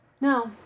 no